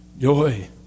joy